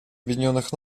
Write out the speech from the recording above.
объединенных